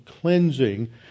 cleansing